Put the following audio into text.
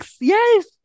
Yes